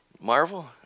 Marvel